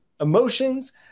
emotions